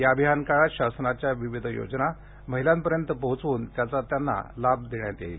या अभियान काळात शासनाच्या विविध योजना महिलांपर्यंत पोहोचवून त्याचा त्यांना लाभ मिळवून देण्यात येणार आहे